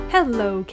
Hello